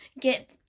get